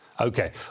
Okay